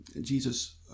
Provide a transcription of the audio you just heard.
Jesus